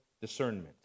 discernment